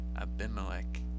Abimelech